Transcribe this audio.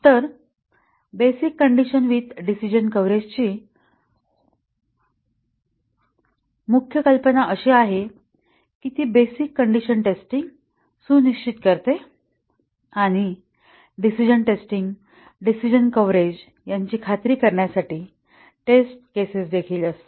तर basic condition with decision coverage ची मुख्य कल्पना अशी आहे की ती बेसिक कंडिशन टेस्टिंग सुनिश्चित करते आणि डिसिजण टेस्टिंग डिसिजणं कव्हरेज याची खात्री करण्यासाठी टेस्ट केसेस देखील असते